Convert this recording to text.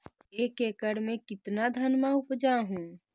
एक एकड़ मे कितना धनमा उपजा हू?